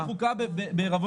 אנחנו מכוננים חוקה בע"מ.